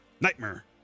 nightmare